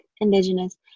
Indigenous